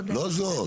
לא זאת.